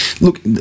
Look